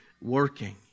working